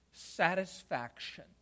Satisfaction